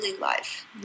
life